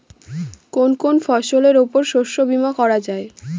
কোন কোন ফসলের উপর শস্য বীমা করা যায়?